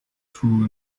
true